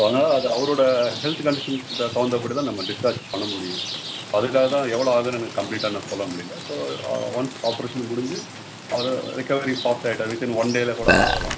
அதனால் அது அவரோட ஹெல்த் கண்டிஷன்க்கு தகுந்தபடி தான் நம்ம டிஸ்சார்ஜ் பண்ண முடியும் அதுக்காக தான் எவ்வளோ ஆகுதுன்னு எனக்கு கம்ப்ளீட்டாக சொல்ல முடியல ஸோ ஒன்ஸ் ஆப்ரேஷன் முடிஞ்சு அவர் ரெக்கவரி ஃபாஸ்ட் ஆயிட்டார் வித்தின் ஒன் டேல கூட ஆகலாம்